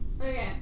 Okay